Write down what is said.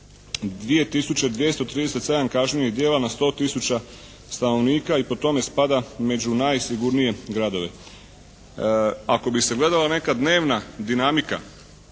237 kažnjivih djela na 100 tisuća stanovnika i po tome spada među najsigurnije gradove. Ako bi se gledala neka dnevna dinamika